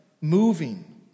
moving